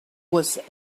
was